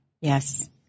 Yes